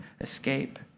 escape